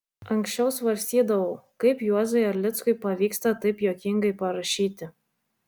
anksčiau svarstydavau kaip juozui erlickui pavyksta taip juokingai parašyti